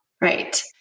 Right